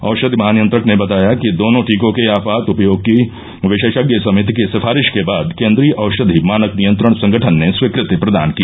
औषधि महानियंत्रक ने बताया कि दोनों टीकों के आपात उपयोग की विशेषज्ञ समिति की सिफारिश के बाद केन्द्रीय औषधि मानक नियंत्रण संगठन ने स्वीकृति प्रदान की